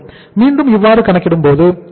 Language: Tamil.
மீண்டும் இவ்வாறு கணக்கிடும்போது 27